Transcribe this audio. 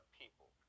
people